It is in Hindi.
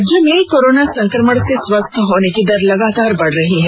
राज्य में कोरोना संकमण से स्वस्थ होने की दर लगातार बढ रही है